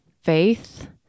Faith